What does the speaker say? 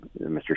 Mr